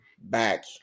back